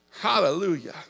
Hallelujah